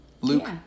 Luke